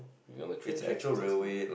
you know the train tracks beside school